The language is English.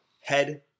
head